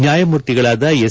ನ್ಯಾಯಮೂರ್ತಿಗಳಾದ ಎಸ್